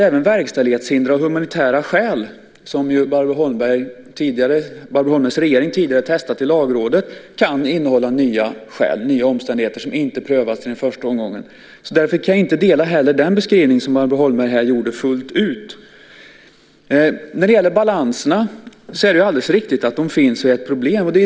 Även verkställighetshinder av humanitära skäl, som ju Barbro Holmbergs regering tidigare testat i Lagrådet, kan innehålla nya skäl och nya omständigheter som inte prövats i den första omgången. Därför kan jag inte heller fullt ut hålla med om den beskrivning som Barbro Holmberg här gjorde. Det är alldeles riktigt att dessa balanser finns, och de är ett problem.